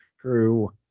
true